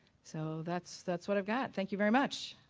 so that's that's what i've got. thank you very much.